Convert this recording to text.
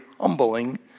humbling